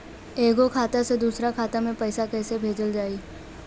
एगो खाता से दूसरा खाता मे पैसा कइसे भेजल जाई?